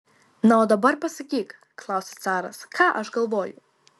na o dabar pasakyk klausia caras ką aš galvoju